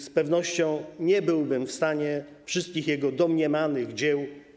Z pewnością nie byłbym w stanie wymienić wszystkich jego domniemanych dzieł.